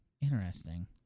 Interesting